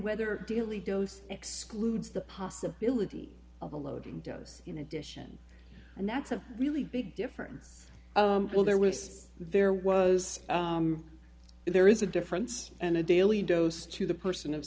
whether daily dose excludes the possibility of a loading dose in addition and that's a really big difference well there was there was there is a difference and a daily dose to the person of